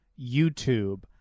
YouTube